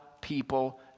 people